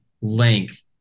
length